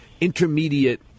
intermediate